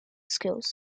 skills